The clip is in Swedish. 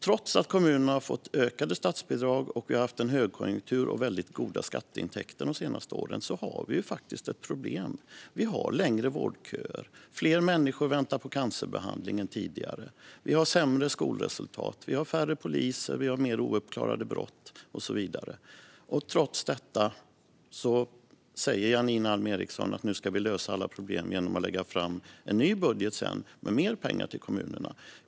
Trots att kommunerna har fått ökade statsbidrag och vi har haft en högkonjunktur och väldigt goda skatteintäkter de senaste åren har vi problem. Vårdköerna är längre. Fler människor än tidigare väntar på cancerbehandling. Vi har sämre skolresultat. Vi har färre poliser. Vi har fler ouppklarade brott och så vidare. Trots detta säger Janine Alm Ericson att vi nu ska lösa alla problem genom att lägga fram en ny budget med mer pengar till kommunerna.